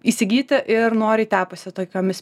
įsigyti ir noriai tepasi tokiomis